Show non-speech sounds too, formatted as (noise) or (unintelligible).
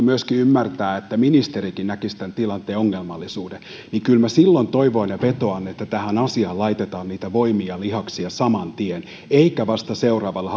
(unintelligible) myöskin ymmärtää että ministerikin näkisi tämän tilanteen ongelmallisuuden kyllä minä silloin toivon ja vetoan että tähän asiaan laitetaan voimia ja lihaksia saman tien eikä vasta seuraavalla (unintelligible)